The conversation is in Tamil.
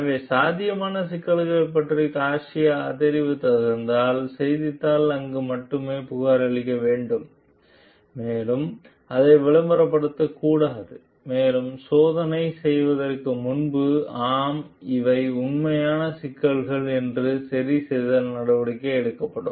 எனவே சாத்தியமான சிக்கலைப் பற்றி கார்சியா தெரிவித்திருந்தால் செய்தித்தாள் அங்கு மட்டுமே புகாரளிக்க வேண்டும் மேலும் அதை விளம்பரப்படுத்தக்கூடாது மேலும் சோதனை செய்யப்படுவதற்கு முன்பு ஆம் இவை உண்மையான சிக்கல்கள் மற்றும் சரிசெய்தல் நடவடிக்கைகள் எடுக்கப்படும்